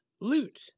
Loot